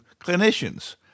clinicians